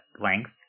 length